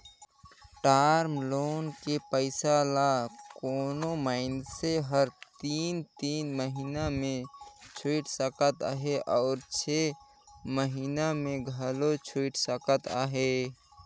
term loan के पइसा ल कोनो मइनसे हर तीन तीन महिना में छुइट सकत अहे अउ छै महिना में घलो छुइट सकत अहे